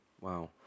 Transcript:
Wow